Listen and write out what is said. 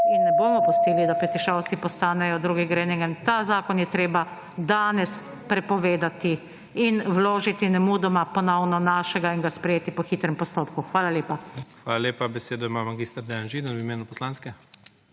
In ne bomo pustili, da Petišovci postanejo drugi Groningen. Ta zakon je treba danes prepovedati in vložiti nemudoma ponovno našega in ga sprejeti po hitrem postopku. Hvala lepa. **PREDSEDNIK IGOR ZORČIČ:** Hvala lepa. Besedo ima mag. Dejan Židan v imenj poslanske